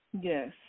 Yes